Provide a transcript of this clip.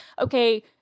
okay